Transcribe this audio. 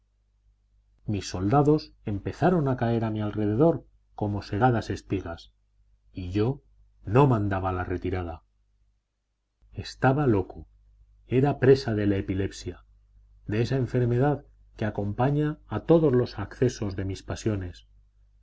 mis soldados empezaron a caer a mi alrededor como segadas espigas y yo no mandaba la retirada estaba loco era presa de la epilepsia de esa enfermedad que acompaña a todos los accesos de mis pasiones